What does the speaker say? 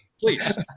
please